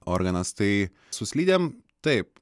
organas tai su slidėm taip